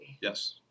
Yes